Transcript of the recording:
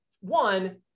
One